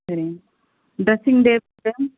சரிங்க ட்ரெஸ்ஸிங் டேபிள்ங்க